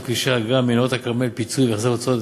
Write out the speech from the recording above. כבישי אגרה (מנהרות הכרמל) (פיצוי והחזר הוצאות),